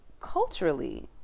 culturally